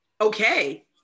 okay